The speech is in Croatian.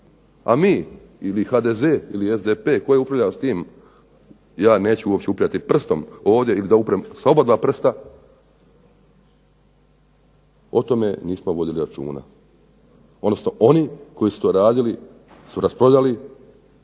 A mi ili HDZ ili SDP tko je upravljao s tim, a ja neću upirati prstom ovdje ili da upirem s oba dva prsta, o tome nismo vodili računa. Odnosno oni koji su to radili su raspravljali